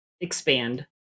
expand